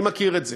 אני מכיר את זה,